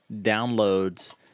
downloads